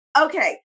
okay